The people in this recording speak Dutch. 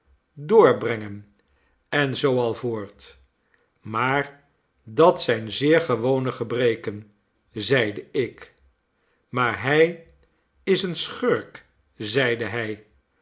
doorbrengen en zoo al voort maar dat zijn zeer gewone gebreken zeide ik maar hij is een schurk zeide hij